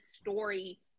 story